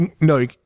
No